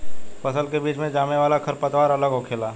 फसल के बीच मे जामे वाला खर पतवार अलग होखेला